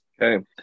Okay